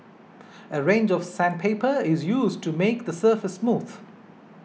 a range of sandpaper is used to make the surface smooth